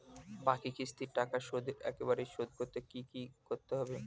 বাকি কিস্তির টাকা শোধ একবারে শোধ করতে কি করতে হবে?